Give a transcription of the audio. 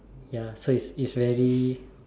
ya so it's it's very